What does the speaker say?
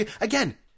Again